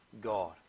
God